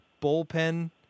bullpen